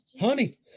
Honey